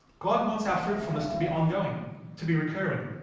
got one suffer from has to be ongoing to be recurring